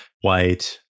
white